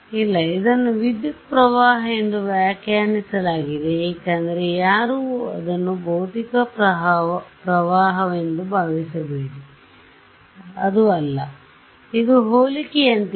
ಇಲ್ಲ ಇದನ್ನು ವಿದ್ಯುತ್ ಪ್ರವಾಹ ಎಂದು ವ್ಯಾಖ್ಯಾನಿಸಲಾಗಿದೆ ಏಕೆಂದರೆ ಯಾರೂ ಅದನ್ನು ಭೌತಿಕ ಪ್ರವಾಹವೆಂದು ಭಾವಿಸಬೇಡಿ ಅದು ಅಲ್ಲ ಇದು ಹೋಲಿಕೆಯಂತಿದೆ